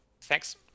thanks